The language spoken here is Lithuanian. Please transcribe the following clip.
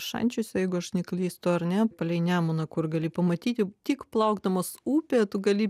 šančiuose jeigu aš neklystu ar ne palei nemuną kur gali pamatyti tik plaukdamas upe tu gali